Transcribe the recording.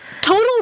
total